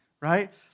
right